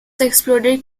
exploded